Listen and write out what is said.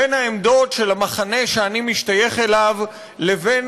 בין העמדות של המחנה שאני משתייך אליו לבין